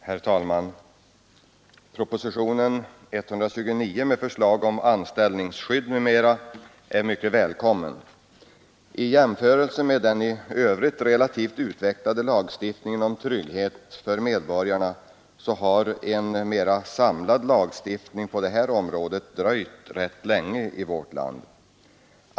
Herr talman! Propositionen 129 med förslag om anställningsskydd m.m. är välkommen. I jämförelse med den i övrigt relativt utvecklade lagstiftningen om trygghet för medborgarna har en mera samlad lagstiftning på detta område dröjt rätt länge i vårt land.